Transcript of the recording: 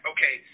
Okay